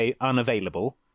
unavailable